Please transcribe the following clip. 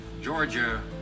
Georgia